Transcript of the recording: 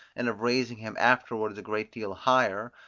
and of raising him afterwards a great deal higher,